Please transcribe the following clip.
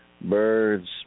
birds